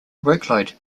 workload